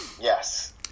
Yes